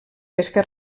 pesca